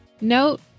Note